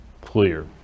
clear